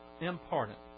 important